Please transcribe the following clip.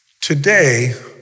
Today